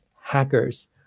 hackers